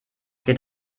geht